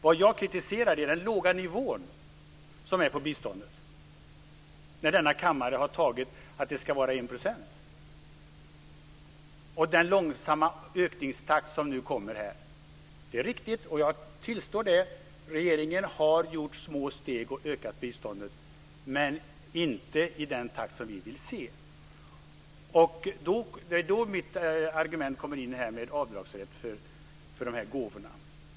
Vad jag kritiserar är den låga nivån på biståndet när denna kammare har beslutat att det ska vara 1 %. Det är också den långsamma ökningstakten. Det är riktigt - jag tillstår det - att regeringen har tagit små steg och ökat biståndet, men inte i den takt som vi vill se. Det är då mitt argument för avdragsrätt för gåvor kommer in.